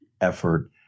effort